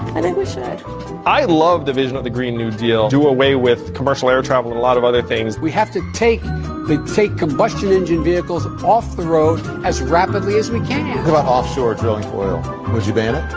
and we should i love the vision of the green new deal do away with commercial air travel in a lot of other things we have to take the take combustion engine vehicles off the road as rapidly as we can offshore drilling for oil would you ban it.